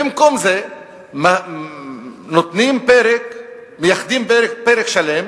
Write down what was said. במקום זה מייחדים פרק שלם